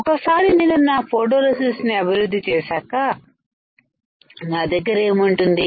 ఒకసారి నేను నా ఫోటోరెసిస్ట్ ని అభివృద్ధి చేశాక నా దగ్గర ఏముంటుంది